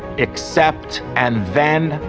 except, and then.